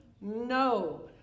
no